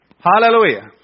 Hallelujah